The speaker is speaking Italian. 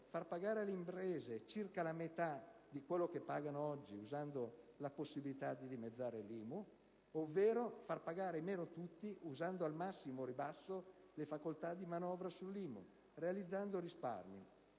far pagare alle imprese circa la metà di quello che pagano oggi (usando la possibilità di dimezzare l'IMU); far pagare meno tutti, usando al massimo ribasso la facoltà di manovra sull'IMU, realizzando risparmi.